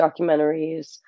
documentaries